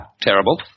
terrible